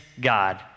God